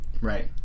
Right